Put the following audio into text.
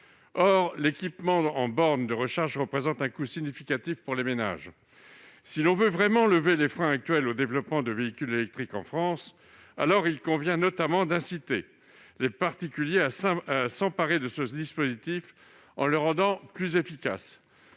tel équipement représente un coût significatif pour les ménages. Si l'on veut vraiment lever les freins actuels au développement du véhicule électrique en France, il convient notamment d'inciter les particuliers à s'emparer de ce dispositif, en le rendant plus efficace.